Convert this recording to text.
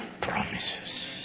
promises